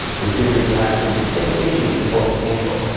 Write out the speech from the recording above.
the series lasted six issues before it was canceled.